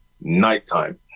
nighttime